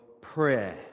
prayer